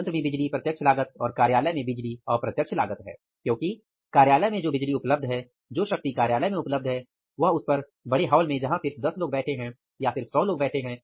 संयंत्र में बिजली प्रत्यक्ष लागत और कार्यालय में बिजली अप्रत्यक्ष लागत है क्योंकि कार्यालय में जो बिजली उपलब्ध है जो शक्ति कार्यालय में उपलब्ध है वह उस पर बड़े हॉल में है जहां सिर्फ 10 लोग बैठे हैं या सिर्फ 100 लोग बैठे हैं